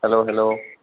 hello hello